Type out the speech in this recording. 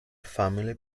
family